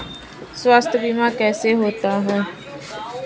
स्वास्थ्य बीमा कैसे होता है?